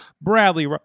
Bradley